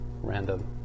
random